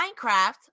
Minecraft